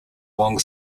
long